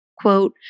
quote